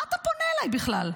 מה אתה פונה אליי בכלל?